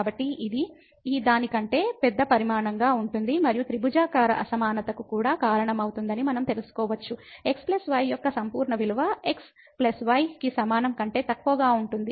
కాబట్టి ఇది ఈ దాని కంటే పెద్ద పరిమాణంగా ఉంటుంది మరియు త్రిభుజాకార అసమానతకు కూడా కారణమవుతుందని మనం తెలుసుకోవచ్చు x y యొక్క సంపూర్ణ విలువ | x || y| కి సమానం కంటే తక్కువగా ఉంటుంది